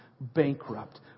bankrupt